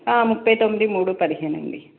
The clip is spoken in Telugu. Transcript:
ముప్పై తొమ్మిది మూడు పదిహేను అండి